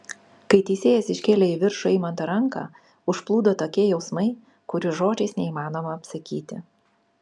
kai teisėjas iškėlė į viršų eimanto ranką užplūdo tokie jausmai kurių žodžiais neįmanoma apsakyti